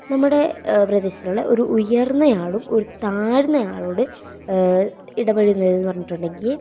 നമ്മുടെ പ്രദേശത്തിലുള്ള ഒരു ഉയർന്നയാളും ഒരു താഴ്ന്നയാളോട് ഇടപഴകുന്നതെന്നു പറഞ്ഞിട്ടുണ്ടെങ്കിൽ